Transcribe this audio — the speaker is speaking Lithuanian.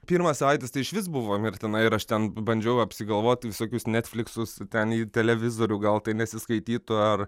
pirmos savaitės tai išvis buvo mirtina ir aš ten bandžiau apsigalvoti visokius netfliksus ten į televizorių gal tai nesiskaitytų ar